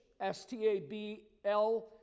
S-T-A-B-L